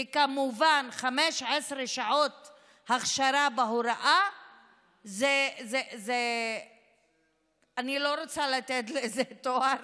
וכמובן 15 שעות הכשרה בהוראה אני לא רוצה לתת לזה תואר,